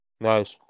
Nice